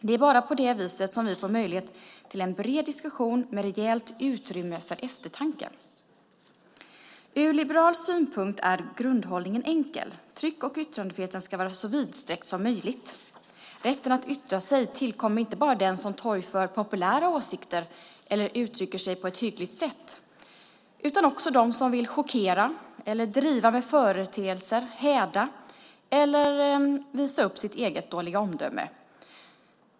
Det är bara på det viset som vi får möjlighet till en bred diskussion med rejält utrymme för eftertanke. Ur liberal synpunkt är grundhållningen enkel. Tryck och yttrandefriheten ska vara så vidsträckt som möjligt. Rätten att yttra sig tillkommer inte bara den som torgför populära åsikter eller uttrycker sig på ett hyggligt sätt, utan också den som vill chockera, driva med företeelser, häda eller visa upp sitt eget dåliga omdöme.